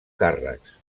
càrrecs